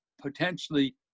potentially